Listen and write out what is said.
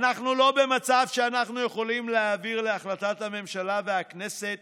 "אנחנו לא במצב שאנחנו יכולים להעביר להחלטת הממשלה והכנסת